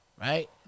right